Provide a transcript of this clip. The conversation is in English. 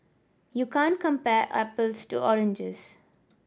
you can't compare apples to oranges